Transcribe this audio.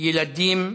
ילדים צוחקים,